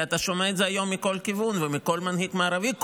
כי אתה שומע את זה היום מכל כיוון ומכל מנהיג מערבי,